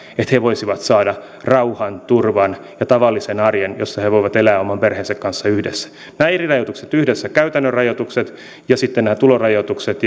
että he voisivat saada rauhan turvan ja tavallisen arjen jossa he voivat elää oman perheensä kanssa yhdessä nämä eri rajoitukset yhdessä käytännön rajoitukset ja sitten nämä tulorajoitukset